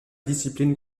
discipline